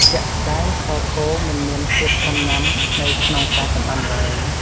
ជាក់ស្តែងខគោមិនមានភាពស៊ាំញ៊ាំនៅក្នុងការចម្អិនឡើយ។